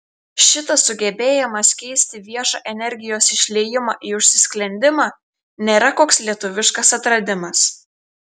šitas sugebėjimas keisti viešą energijos išliejimą į užsisklendimą nėra koks lietuviškas atradimas